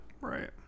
Right